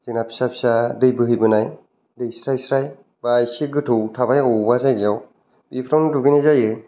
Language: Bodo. जोंना फिसा फिसा दै बोहैबोनाय दै स्राय स्राय बा एसे गोथौ थाबाय अबेबा जायगायाव बेफ्रावनो दुगैनाय जायो